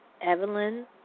Evelyn